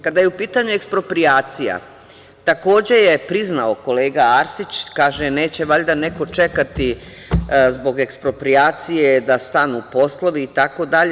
Kada je u pitanju eksproprijacija, takođe je priznao kolega Arsić, kaže, neće valjda neko čekati zbog eksproprijacije da stanu poslovi itd.